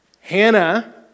Hannah